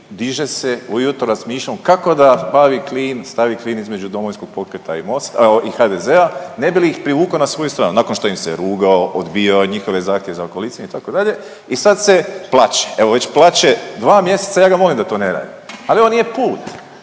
diže se ujutro s mišljom kako da bavi klin, stavi klin između DP-a i Mosta, i HDZ-a ne bi li ih privukao na svoju stranu, nakon što im se rugao, odbijao njihove zahtjeve za koalicijom itd. i sad se plaće. Evo već plaće 2 mjeseca. Ja ga molim da to ne radi. Ali ovo nije put,